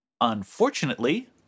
Unfortunately